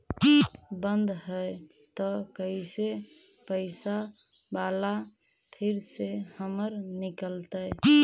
बन्द हैं त कैसे पैसा बाला फिर से हमर निकलतय?